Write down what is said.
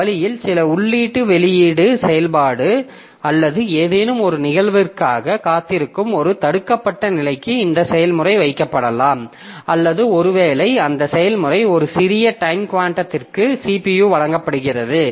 அந்த வழியில் சில உள்ளீட்டு வெளியீட்டு செயல்பாடு அல்லது ஏதேனும் ஒரு நிகழ்விற்காக காத்திருக்கும் ஒரு தடுக்கப்பட்ட நிலைக்கு இந்த செயல்முறை வைக்கப்படலாம் அல்லது ஒரு வேளை அந்த செயல்முறை ஒரு சிறிய டைம் குவாண்டத்திற்கு CPU வழங்கப்படுகிறது